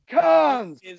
cons